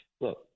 look